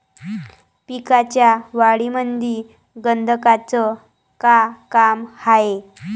पिकाच्या वाढीमंदी गंधकाचं का काम हाये?